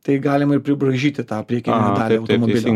tai galima ir pribraižyti tą priekinę dalį automobilio